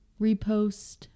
repost